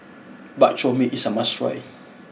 Bak Chor Mee is a must try